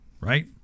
right